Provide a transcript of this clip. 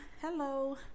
hello